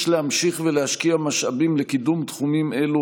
יש להמשיך ולהשקיע משאבים בקידום תחומים אלו,